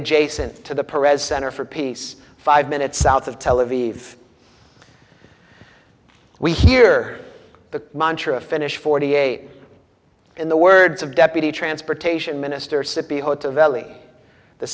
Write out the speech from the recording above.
adjacent to the parade center for peace five minutes south of tel aviv we hear the mantra finish forty eight in the words of deputy transportation minister scipio to valley the